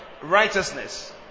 righteousness